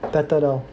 better now